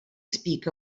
speak